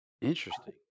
Interesting